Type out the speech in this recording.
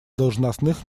должностных